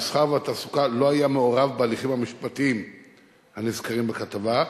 המסחר והתעסוקה לא היה מעורב בהליכים המשפטיים הנזכרים בכתבה,